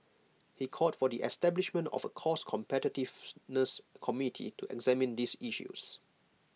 he called for the establishment of A cost competitiveness committee to examine these issues